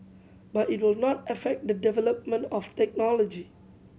but it will not affect the development of technology